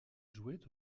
jouait